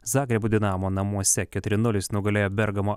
zagrebo dinamo namuose keturi nulis nugalėjo bergamo